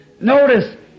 notice